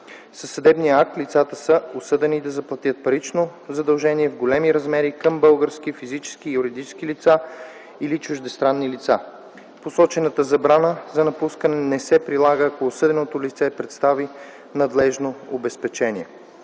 Със съдебния акт лицата са осъдени да заплатят парично задължение в големи размери към български физически и юридически лица или чуждестранни лица. Посочената забрана за напускане не се прилага, ако осъденото лице представи надлежно обезпечение.